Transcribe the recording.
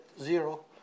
zero